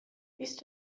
بیست